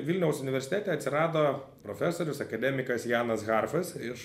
vilniaus universitete atsirado profesorius akademikas janas harfas iš